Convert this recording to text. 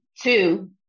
Two